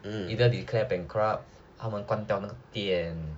either declared bankrupt 他们关掉那个店